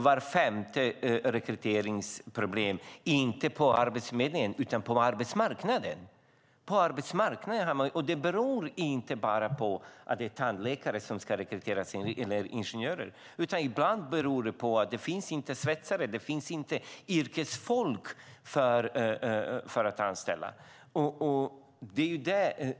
Var femte rekrytering misslyckas, inte på Arbetsförmedlingen, utan på arbetsmarknaden. Det beror inte bara på att det är tandläkare eller ingenjörer som ska rekryteras. Ibland beror det på att det inte finns svetsare eller annat yrkesfolk att anställa.